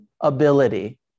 ability